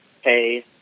hey